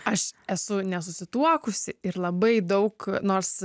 aš esu nesusituokusi ir labai daug nors